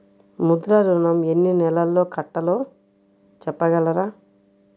ముద్ర ఋణం ఎన్ని నెలల్లో కట్టలో చెప్పగలరా?